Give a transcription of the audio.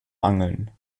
angeln